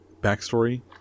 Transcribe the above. backstory